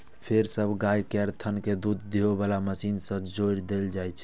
फेर सब गाय केर थन कें दूध दुहै बला मशीन सं जोड़ि देल जाइ छै